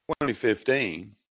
2015